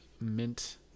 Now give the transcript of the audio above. mint